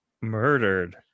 Murdered